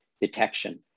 detection